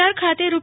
અંજાર ખાતે રૂ